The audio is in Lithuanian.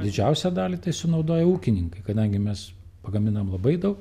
didžiausią dalį tai sunaudoja ūkininkai kadangi mes pagaminam labai daug